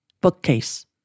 bookcase